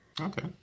Okay